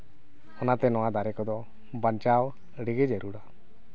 ᱚᱱᱟᱛᱮ ᱱᱚᱣᱟ ᱫᱟᱨᱮ ᱠᱚᱫᱚ ᱵᱟᱧᱪᱟᱣ ᱟᱹᱰᱤᱜᱮ ᱡᱟᱹᱨᱩᱲᱟ